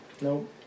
Nope